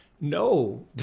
No